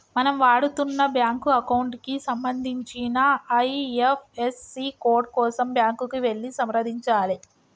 మనం వాడుతున్న bank account కి సంబంధించిన ఐ.ఎఫ్.ఎస్.సి కోడ్ కోసం బ్యాంకుకి వెళ్లి సంప్రదించాలే